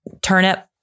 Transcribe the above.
turnip